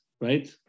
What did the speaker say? right